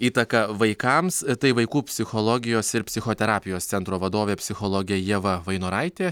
įtaką vaikams tai vaikų psichologijos ir psichoterapijos centro vadovė psichologė ieva vainoraitė